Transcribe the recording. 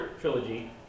trilogy